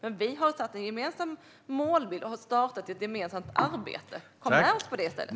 Men vi har satt en gemensam målbild och har startat ett gemensamt arbete. Kom med oss i det i stället!